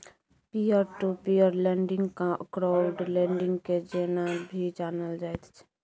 peer to peer lending crowd lending के जेना भी जानल जाइत छै